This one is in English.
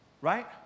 right